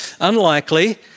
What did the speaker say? Unlikely